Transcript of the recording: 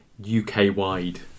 UK-wide